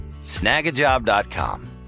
Snagajob.com